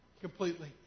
completely